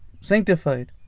sanctified